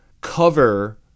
cover